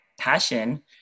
passion